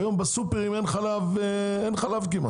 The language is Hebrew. היום בסופר אין חלב כמעט.